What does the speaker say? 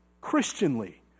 Christianly